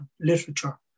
literature